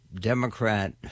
Democrat